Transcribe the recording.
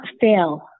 fail